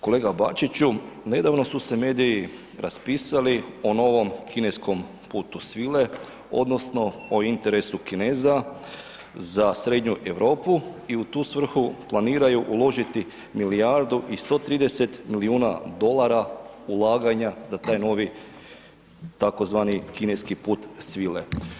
Kolega Bačiću, nedavno su se mediji raspisali o novom kineskom Putu svile, odnosno o interesu Kineza za srednju Europu i u tu svrhu planiraju uložiti milijardu i 130 milijuna dolara ulaganja za taj novi tzv. kineski Put svile.